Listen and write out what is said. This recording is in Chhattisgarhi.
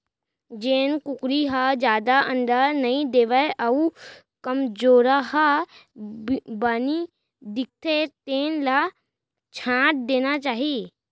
जेन कुकरी ह जादा अंडा नइ देवय अउ कमजोरहा बानी दिखथे तेन ल छांट देना चाही